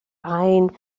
ein